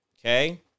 okay